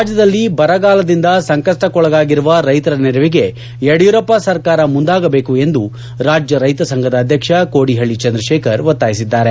ರಾಜ್ಯದಲ್ಲಿ ಬರಗಾಲದಿಂದ ಸಂಕಷ್ಟಕ್ಕೊಳಗಾಗಿರುವ ರೈತರ ನೆರವಿಗೆ ಯಡಿಯೂರಪ್ಪ ಸರ್ಕಾರ ಮುಂದಾಗಬೇಕು ಎಂದು ರಾಜ್ಯ ರೈತ ಸಂಘದ ಅಧ್ಯಕ್ಷ ಕೋಡಿಹಳ್ಳಿ ಚಂದ್ರಶೇಖರ್ ಒತ್ತಾಯಿಸಿದ್ದಾರೆ